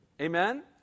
Amen